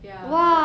ya